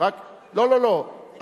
לא, לא, לא.